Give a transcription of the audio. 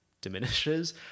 diminishes